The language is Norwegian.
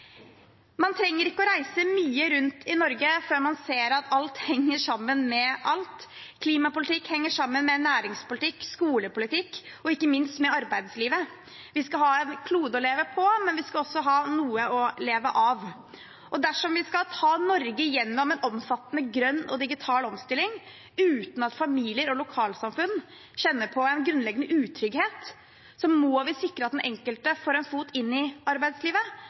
Man trenger ikke reise mye rundt i Norge før man ser at alt henger sammen med alt. Klimapolitikk henger sammen med næringspolitikk, skolepolitikk og ikke minst med arbeidslivet. Vi skal ha en klode å leve på, men vi skal også ha noe å leve av. Dersom vi skal ta Norge gjennom en omfattende grønn og digital omstilling, uten at familier og lokalsamfunn kjenner på en grunnleggende utrygghet, må vi sikre at den enkelte får en fot innenfor arbeidslivet